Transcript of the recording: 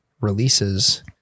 releases